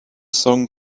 song